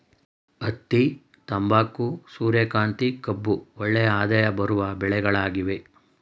ಹತ್ತಿ, ತಂಬಾಕು, ಸೂರ್ಯಕಾಂತಿ, ಕಬ್ಬು ಒಳ್ಳೆಯ ಆದಾಯ ಬರುವ ಬೆಳೆಗಳಾಗಿವೆ